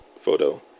photo